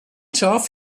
schaf